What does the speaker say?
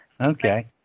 Okay